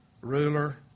ruler